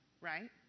right